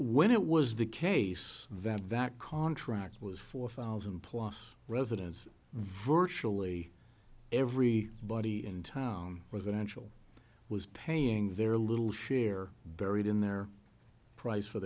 when it was the case that that contract was four thousand plus residents virtually every body in town residential was paying their little share buried in their price for